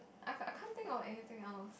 I can't I can't think of anything else